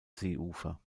seeufer